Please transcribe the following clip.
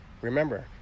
Remember